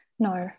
No